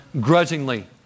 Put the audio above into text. grudgingly